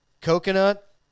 Coconut